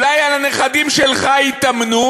אולי על הנכדים שלך יתאמנו?